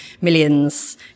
millions